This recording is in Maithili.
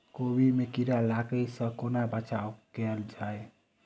कोबी मे कीड़ा लागै सअ कोना बचाऊ कैल जाएँ?